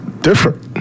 different